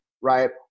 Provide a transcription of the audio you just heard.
right